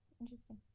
interesting